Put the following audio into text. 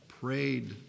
prayed